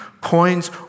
coins